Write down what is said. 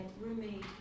roommate